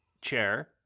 chair